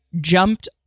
jumped